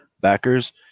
backers